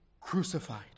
crucified